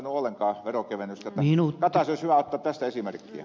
kataisen olisi hyvä ottaa tästä esimerkkiä